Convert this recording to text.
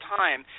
time